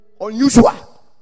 unusual